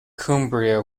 cumbria